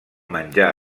menjar